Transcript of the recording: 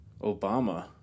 Obama